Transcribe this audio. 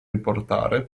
riportare